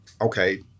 okay